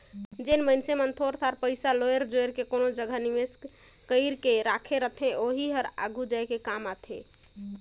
जेन मइनसे मन थोर थार पइसा लोएर जोएर के कोनो जगहा निवेस कइर के राखे रहथे ओही हर आघु जाए काम आथे